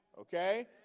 Okay